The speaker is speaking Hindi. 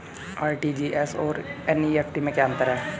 आर.टी.जी.एस और एन.ई.एफ.टी में क्या अंतर है?